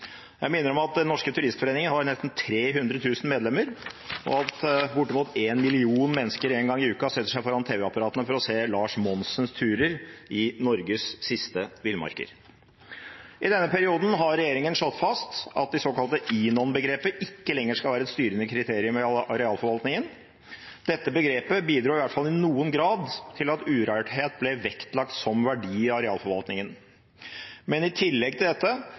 Jeg må minne om at Den Norske Turistforening har nesten 300 000 medlemmer, og at bortimot én million mennesker én gang i uka setter seg foran tv-apparatet for å se Lars Monsens turer i Norges siste villmarker. I denne perioden har regjeringen slått fast at det såkalte INON-begrepet ikke lenger skal være et styrende kriterium i arealforvaltningen. Dette begrepet bidro i hvert fall i noen grad til at «urørthet» ble vektlagt som verdi i arealforvaltningen. Men i tillegg til dette